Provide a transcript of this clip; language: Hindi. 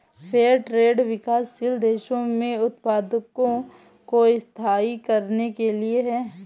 फेयर ट्रेड विकासशील देशों में उत्पादकों को स्थायी करने के लिए है